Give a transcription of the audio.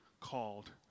called